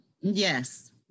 Yes